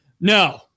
no